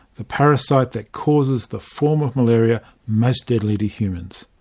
the parasite that causes the form of malaria most deadly to humans'.